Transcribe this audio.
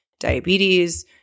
diabetes